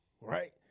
right